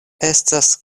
estas